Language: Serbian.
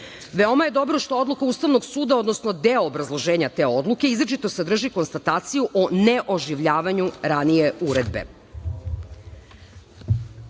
akata. Veoma je dobro što odluka Ustavnog suda, odnosno deo obrazloženja te odluke izričito sadrži konstataciju o neoživljavanju ranije uredbe. Sudija